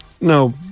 No